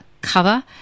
cover